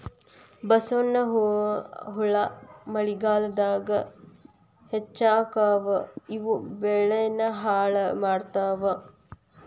ಬಸವನಹುಳಾ ಮಳಿಗಾಲದಾಗ ಹೆಚ್ಚಕ್ಕಾವ ಇವು ಬೆಳಿನ ಹಾಳ ಮಾಡತಾವ